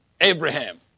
Abraham